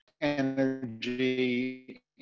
energy